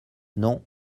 non